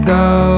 go